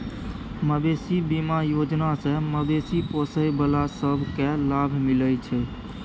मबेशी बीमा योजना सँ मबेशी पोसय बला सब केँ लाभ मिलइ छै